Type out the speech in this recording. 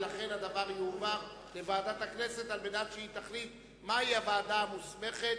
ולכן הדבר יועבר לוועדת הכנסת על מנת שהיא תחליט מי היא הוועדה המוסמכת.